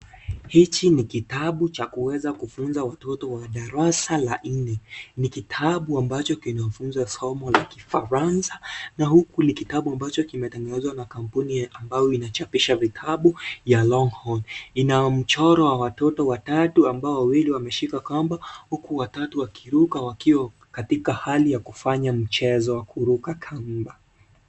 Hiki ni kitabu cha kuweza kufunza watoto wa darasa la nne. Ni kitabu ambacho kinafunza somo la Kifaransa na huku ni kitabu ambacho kimetengenezwa na kampuni ya kuchapisha vitabu ya (cs)Longhorn(cs), Ina mchoro wa watoto watatu ambao wawili wameshika kamba huku watatu wakiruka wakiwa katika hali ya kufanya mchezo wa kuruka kamba.